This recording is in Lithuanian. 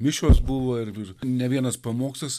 mišios buvo ir ir ne vienas pamokslas